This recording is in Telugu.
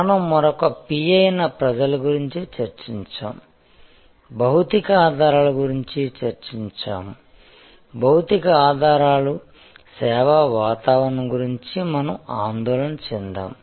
మనం మరొక P అయిన ప్రజల గురించి చర్చించాము భౌతిక ఆధారాల గురించి చర్చించాము భౌతిక ఆధారాలుసేవా వాతావరణం గురించి మనం ఆందోళన చెందాము